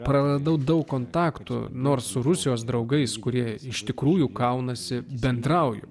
praradau daug kontakto nors rusijos draugais kurie iš tikrųjų kaunasi bendrauju